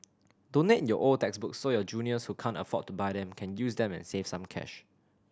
donate your old textbooks so your juniors who can't afford to buy them can use them and save some cash